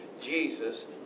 Jesus